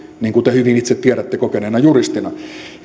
niin kuin te hyvin itse tiedätte kokeneena juristina